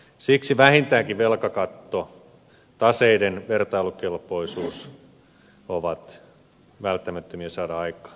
siksi vähintäänkin velkakatto ja taseiden vertailukelpoisuus ovat välttämättömiä saada aikaan